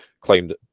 claimed